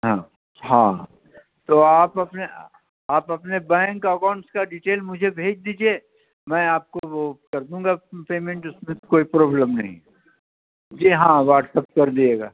ہاں ہاں تو آپ اپنے آپ اپنے بینک اکاؤنٹس کا ڈیٹیل مجھے بھیج دیجیے میں آپ کو وہ کر دوں گا پیمنٹ اس میں کوئی پرابلم نہیں جی ہاں واٹس اپ کر دییے گا